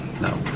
no